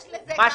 יש לזה גם